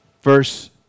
Verse